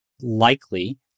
likely